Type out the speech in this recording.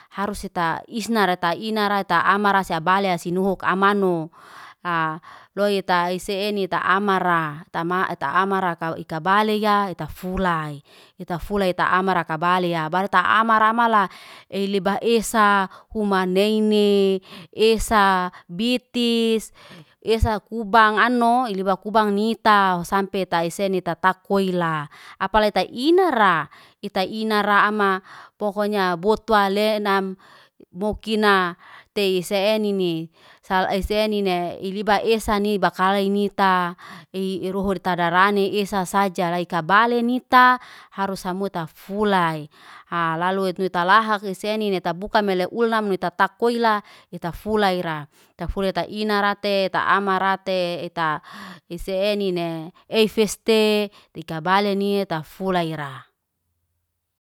Harus ita isnara ta inara ta amara seyabalai si nuhuk amanu. A loy ta isi enine ta amara, tama ta amara kau ikabalaya ita fulai. Ita fulai ita amara kabalaya. Baru ta amara malaa, eliba esa kuman neine, esa bitis, esa kubagang anoy, iliba kubang nita, sampe ita eseni tatakoila. Apalai ta inra, ita inara ama pokonya botuwa lenam mo kina tei se enini. Saal ese nine, iliba esa ni bakala nita, iruhurita darani esa saja. Laikabalai nita, harus sammu ta fulai. lalu nuit nuit talahak ise nine, tabuka mele ulnam noi tatak koila ita fulai ra. Ta fu lai ita inarate ta amarate eta isi enine. Eifeste likabalai ni, tafula ra.